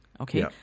Okay